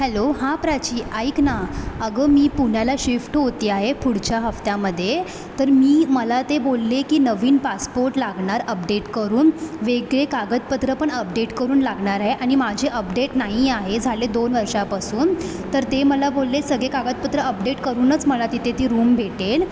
hello हां प्राची ऐक ना अगं मी पुण्याला शिफ्ट होते आहे पुढच्या हप्त्यामध्ये तर मी मला ते बोलले की नवीन पासपोर्ट लागणार अपडेट करून वेगळे कागदपत्र पण अपडेट करून लागणार आहे आणि माझे अपडेट नाही आहे झाले दोन वर्षापासून तर ते मला बोलले सगळे कागदपत्र अपडेट करूनच मला तिथे ती रूम भेटेल